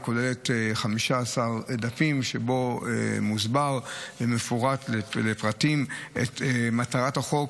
והיא כוללת 15 דפים שבהם מוסברת ומפורטת לפרטים מטרת החוק.